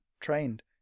trained